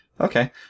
okay